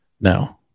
no